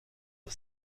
the